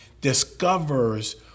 discovers